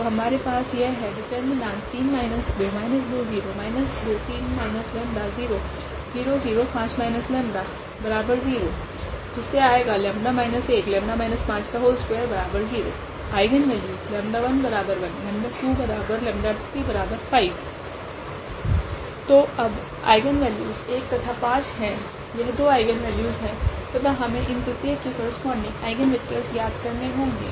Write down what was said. तो हमारे पास यह है आइगनवेल्यूस 𝜆11 𝜆2𝜆35 तो अब आइगनवेल्यूस 1 तथा 5 है यह दो आइगनवेल्यूस है तथा हमे इन प्रत्येक के करस्पोंडिंग आइगनवेक्टरस ज्ञात करने होगे